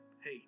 Hey